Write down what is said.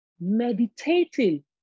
meditating